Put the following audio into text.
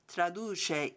Traduce